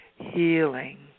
Healing